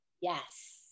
yes